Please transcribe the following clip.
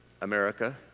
America